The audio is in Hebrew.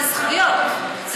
זה זכויות, זה